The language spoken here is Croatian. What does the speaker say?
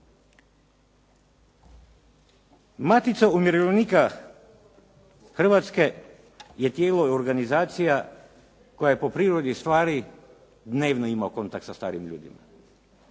Matica umirovljenika Hrvatske je tijelo i organizacija koja je po prirodi stvari dnevno ima kontakt sa starim ljudima,